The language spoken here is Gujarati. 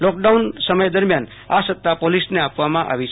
લોકડાઉન સમય દરમિયાન આ સતા પોલિસ ને આપવામાં આવી છે